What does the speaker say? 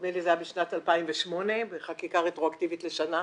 נדמה לי זה היה בשנת 2008 בחקיקה רטרואקטיבית לשנה,